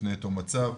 לפני תום הצו,